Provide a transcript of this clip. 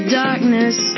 darkness